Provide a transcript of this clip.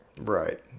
right